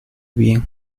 bien